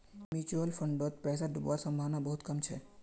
mutual फंडत पैसा डूबवार संभावना बहुत कम छ